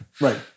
right